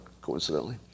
coincidentally